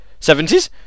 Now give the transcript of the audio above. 70s